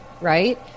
right